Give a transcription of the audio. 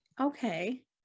Okay